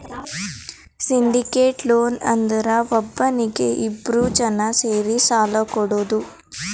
syndicated loan ಅಂದುರ್ ಒಬ್ನೀಗಿ ಇಬ್ರು ಜನಾ ಸೇರಿ ಸಾಲಾ ಕೊಡೋದು